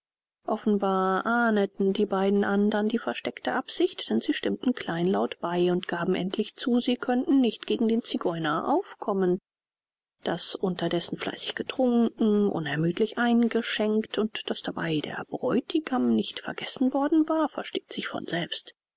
offenbar ahneten die beiden andern die versteckte absicht denn sie stimmten kleinlaut bei und gaben endlich zu sie könnten nicht gegen den zigeuner aufkommen daß unterdessen fleißig getrunken unermüdlich eingeschenkt und daß dabei der bräutigam nicht vergessen worden war versteht sich von selbst